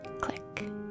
Click